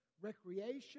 recreation